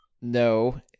no